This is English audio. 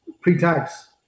pre-tax